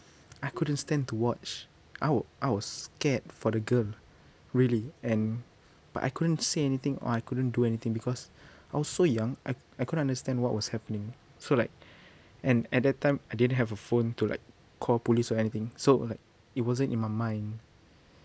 I couldn't stand to watch I wa~ I was scared for the girl really and but I couldn't say anything or I couldn't do anything because I was so young I I couldn't understand what was happening so like and at that time I didn't have a phone to like call police or anything so like it wasn't in my mind